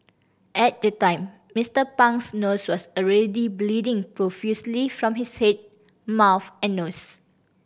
at the time Mister Pang's nose was already bleeding profusely from his head mouth and nose